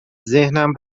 ذهنم